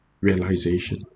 realization